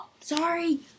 Sorry